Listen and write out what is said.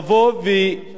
להתחיל בבתי-הספר,